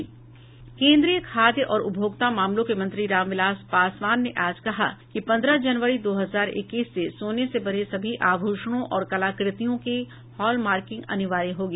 केन्द्रीय खाद्य और उपभोक्ता मामलों के मंत्री रामविलास पासवान ने आज कहा कि पन्द्रह जनवरी दो हजार इक्कीस से सोने से बने सभी आभूषणों और कलाकृतियों की हॉल मार्किंग अनिवार्य होगी